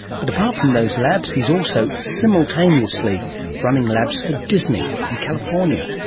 but apart from those labs he is also simultaneously running labs for disney in california.